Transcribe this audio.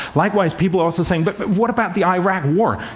likewise, people are also saying, but but what about the iraq war?